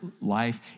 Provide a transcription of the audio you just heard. life